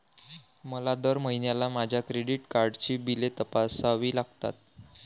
मला दर महिन्याला माझ्या क्रेडिट कार्डची बिले तपासावी लागतात